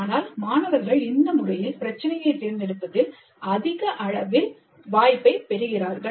ஆனால் மாணவர்கள் இந்த முறையில் பிரச்சனையை தேர்ந்தெடுப்பதில் மாணவர்கள் அதிக அளவில் வாய்ப்பை பெறுகிறார்கள்